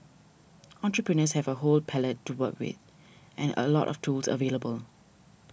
entrepreneurs have a whole palette to work with and a lot of tools available